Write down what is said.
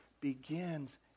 begins